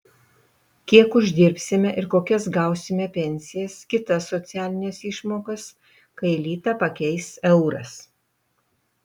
kiek uždirbsime ir kokias gausime pensijas kitas socialines išmokas kai litą pakeis euras